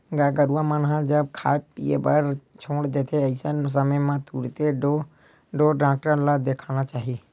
गाय गरुवा मन ह जब खाय पीए बर छोड़ देथे अइसन समे म तुरते ढ़ोर डॉक्टर ल देखाना चाही